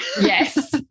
Yes